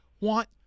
want